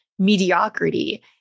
Mediocrity